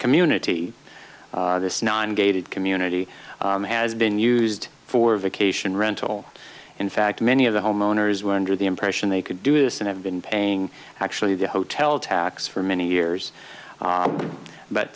community this non gated community has been used for vacation rental in fact many of the homeowners were under the impression they could do this and have been paying actually the hotel tax for many years